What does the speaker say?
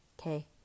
Okay